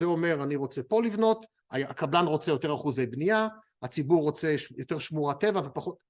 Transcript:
זה אומר אני רוצה פה לבנות, הקבלן רוצה יותר אחוזי בנייה, הציבור רוצה יותר שמורת טבע ופחות